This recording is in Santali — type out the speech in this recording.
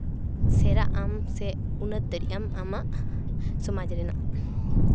ᱥᱮᱬᱟᱜ ᱥᱮ ᱩᱱᱟᱹᱛ ᱫᱟᱲᱮᱭᱟᱜ ᱟᱢ ᱟᱢᱟᱜ ᱥᱚᱢᱟᱡᱽ ᱨᱮᱱᱟᱜ